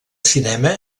cinema